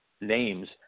names